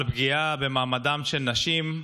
על פגיעה במעמדן של נשים.